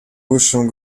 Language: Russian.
высшем